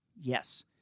Yes